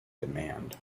demand